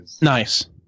Nice